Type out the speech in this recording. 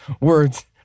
words